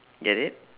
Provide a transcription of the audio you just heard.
get it